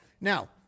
Now